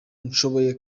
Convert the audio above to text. nshoboye